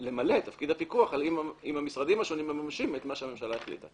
למלא את תפקיד הפיקוח על אם המשרדים השונים ממשים את מה הממשלה החליטה.